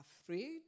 afraid